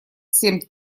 семь